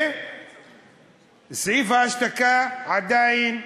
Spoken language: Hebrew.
וסעיף ההשתקה עדיין קיים.